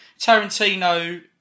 Tarantino